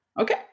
Okay